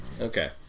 Okay